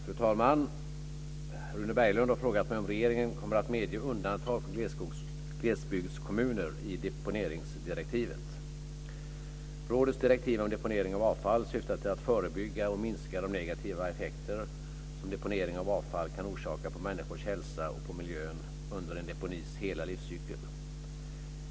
Fru talman! Rune Berglund har frågat mig om regeringen kommer att medge undantag för glesbygdskommuner i deponeringsdirektivet. Rådets direktiv om deponering av avfall syftar till att förebygga och minska de negativa effekter som deponering av avfall kan orsaka på människors hälsa och på miljön under en deponis hela livscykel.